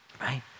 Right